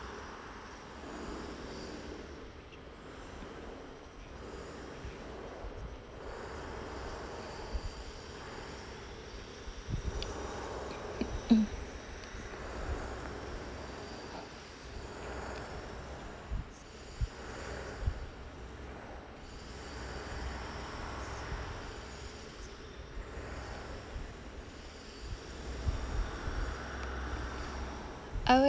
mm I